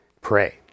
pray